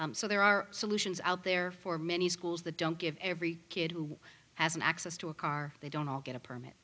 so there are solutions out there for many schools that don't give every kid who has an access to a car they don't all get a permit